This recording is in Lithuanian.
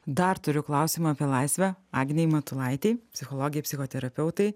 dar turiu klausimą apie laisvę agnei matulaitei psichologei psichoterapeutai